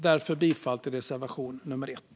Därför yrkar jag bifall till reservation 1.